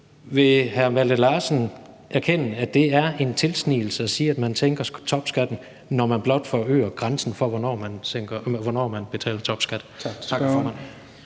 Vil hr. Malte Larsen erkende, at det er en tilsnigelse at sige, at man sænker topskatten, når man blot forøger grænsen for, hvornår man betaler topskat? Kl.